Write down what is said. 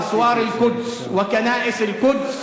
ענה בדיוק לנקודה הזאת: